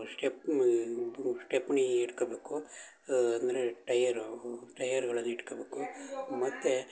stepney ಒಂದು stepney ಇಟ್ಕೋಬೇಕು ಅಂದರೆ ಟೈಯರು ಟೈಯರುಗಳನ್ನು ಇಟ್ಕೋಬೇಕು ಮತ್ತು